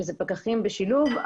שזה פקחים בשילוב.